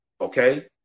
okay